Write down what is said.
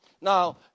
Now